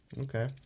Okay